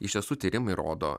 iš tiesų tyrimai rodo